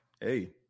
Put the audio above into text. hey